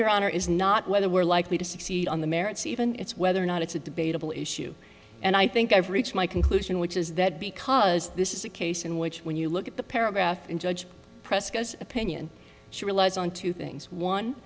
your honor is not whether we're likely to succeed on the merits even it's whether or not it's a debatable issue and i think i've reached my conclusion which is that because this is a case in which when you look at the paragraph in judge press because opinion she relies on two things one